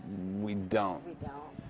we don't.